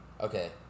Okay